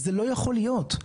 זה לא יכול להיות.